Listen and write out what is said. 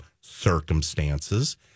circumstances